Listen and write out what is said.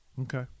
Okay